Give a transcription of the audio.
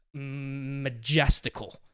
majestical